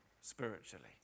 spiritually